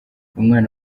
umwana